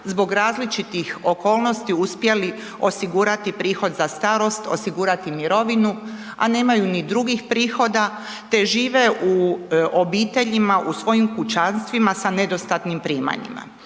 zbog različitih okolnosti uspjeli osigurati prihod za starost, osigurati mirovinu a nemaju ni drugih prihoda te žive u obiteljima, u svojim kućanstvima sa nedostatnim primanjima.